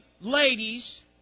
ladies